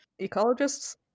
Ecologists